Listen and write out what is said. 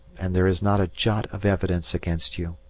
and there is not a jot of evidence against you,